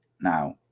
now